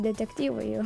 detektyvai jo